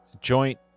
joint